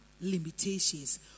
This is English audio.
limitations